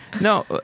no